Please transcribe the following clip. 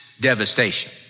devastation